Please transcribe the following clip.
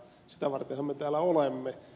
sitä vartenhan me täällä olemme